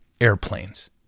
airplanes